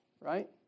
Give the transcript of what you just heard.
right